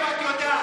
תדייק.